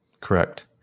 Correct